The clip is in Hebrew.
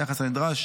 היחס הנדרש